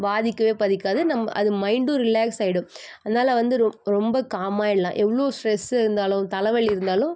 பாதிக்கவே பாதிக்காது நம்ம அது மைண்டும் ரிலேக்ஸ் ஆகிடும் அதனால் வந்து ரொம் ரொம்ப காமாய்டலாம் எவ்வளோ ஸ்ட்ரெஸ்ஸு இருந்தாலும் தலைவலி இருந்தாலும்